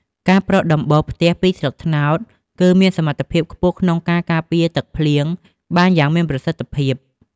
ការប្រក់ដំបូលផ្ទះពីស្លឹកត្នោត គឺមានសមត្ថភាពខ្ពស់ក្នុងការការពារទឹកភ្លៀងបានយ៉ាងមានប្រសិទ្ធភាព។